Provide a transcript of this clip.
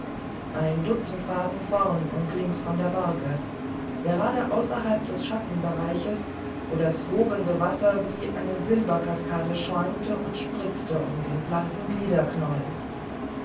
ein dutzend faden vorne und links von der barke gerade außerhalb des schattenbereiches wo das wogende wasser wie eine silberkaskade schäumte und spritzte um den blanken